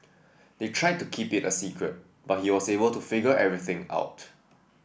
they tried to keep it a secret but he was able to figure everything out